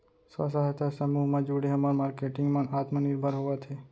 स्व सहायता समूह म जुड़े हमर मारकेटिंग मन आत्मनिरभर होवत हे